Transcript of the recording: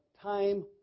time